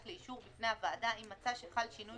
לאישור בפני הוועדה אם מצא שחל שינוי